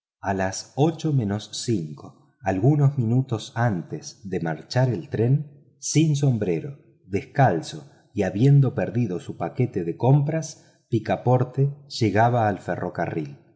a las ocho menos cinco algunos minutos antes de marchar el tren sin sombrero descalzo y habiendo perdido su paquete de compras picaporte llegaba al ferrocarril